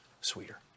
sweeter